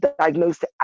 diagnosed